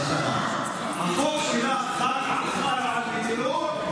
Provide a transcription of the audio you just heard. החוק שלך חל גם על מדינות,